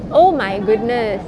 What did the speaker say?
oh my goodness